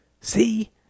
See